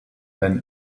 than